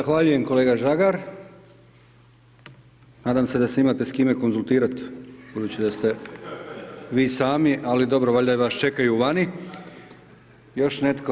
Zahvaljujem kolega Žagar, nadam se da se imate s kime konzultirat, budući da ste vi sami, ali dobro, valjda vas čekaju vani, Još netko?